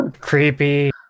Creepy